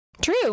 True